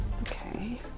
okay